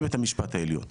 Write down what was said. לבית המשפט העליון.